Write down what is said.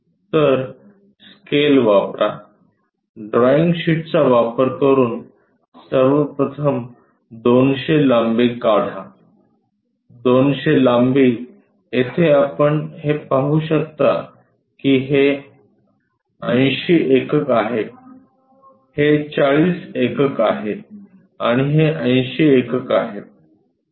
तर स्केल वापरा ड्रॉईंग शीटचा वापर करून सर्वप्रथम 200 लांबी काढा 200 लांबी येथे आपण हे पाहू शकता की हे 80 एकक आहे हे 40 एकक आहे आणि हे 80 एकक आहे